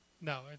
No